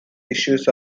issues